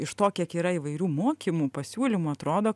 iš to kiek yra įvairių mokymų pasiūlymų atrodo